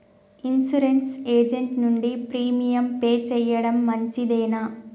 Insurance agent నుండి premium pay చేయడం మంచిదేనా?